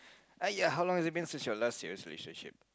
!aiya! how long has it been since your last serious relationship